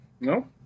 no